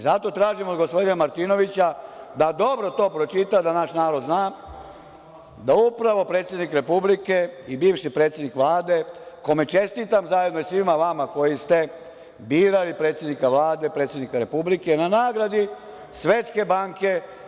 Zato tražim od gospodina Martinovića da dobro to pročita, da naš narod zna da upravo predsednik Republike i bivši predsednik Vlade, kome čestitam, zajedno i svima vama koji ste birali predsednika Vlade, predsednika Republike, na nagradi Svetske banke.